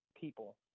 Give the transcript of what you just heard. people